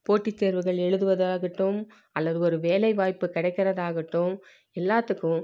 போட்டி தேர்வுகள் எழுதுவதாகட்டும் அல்லது ஒரு வேலைவாய்ப்பு கிடைக்கிறதாகட்டும் எல்லாத்துக்கும்